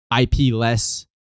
IP-less